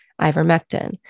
ivermectin